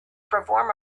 perform